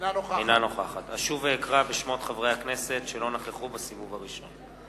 אינה נוכחת אשוב ואקרא בשמות חברי הכנסת שלא נכחו בסיבוב הראשון.